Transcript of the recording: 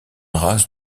race